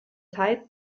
zeit